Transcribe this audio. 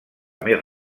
més